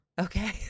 Okay